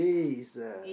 Jesus